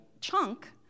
chunk